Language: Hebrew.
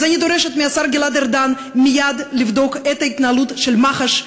אז אני דורשת מהשר גלעד ארדן מייד לבדוק את ההתנהלות של מח"ש,